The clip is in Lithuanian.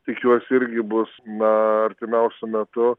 tikiuosi irgi bus na artimiausiu metu